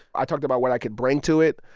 i talked about what i could bring to it.